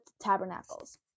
Tabernacles